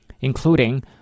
including